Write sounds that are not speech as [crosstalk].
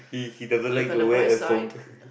he he doesn't like to wear a sock [laughs]